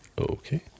Okay